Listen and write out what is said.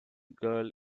girl